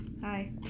Hi